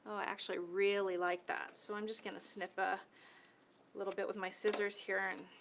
so actually really like that, so i'm just gonna snip a little bit with my scissors here, and